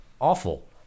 Awful